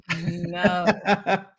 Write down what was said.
no